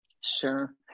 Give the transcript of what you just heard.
Sure